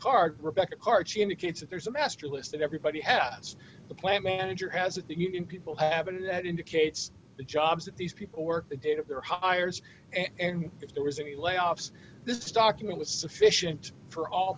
card rebecca card she indicates that there's a master list that everybody has the plant manager has a union people have and that indicates the jobs that these people work the date of their hires and if there was any layoffs this document was sufficient for all